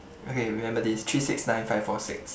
okay remember this three six nine five four six